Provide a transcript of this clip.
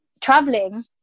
traveling